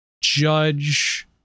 judge